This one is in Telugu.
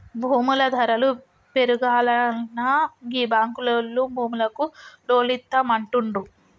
భూముల ధరలు పెరుగాల్ననా గీ బాంకులోల్లు భూములకు లోన్లిత్తమంటుండ్రు